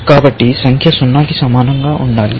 కాబట్టి సంఖ్య 0 కి సమానంగా ఉండాలి